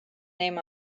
name